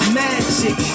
magic